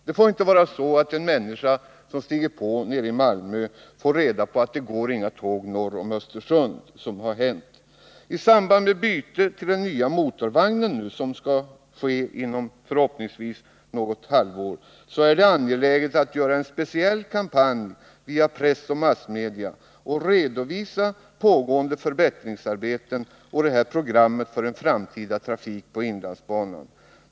Det får inte vara så att en person som stiger på nere i Malmö får reda på att det inte går några tåg norr om Östersund, såsom har skett. I samband med byte till den nya motorvagnen — vilket förhoppningsvis skall ske inom något halvår — är det angeläget att man genomför en speciell kampanj via press och massmedia och redovisar pågående förbättringsarbeten samt det här programmet för framtida trafik på inlandsbanan.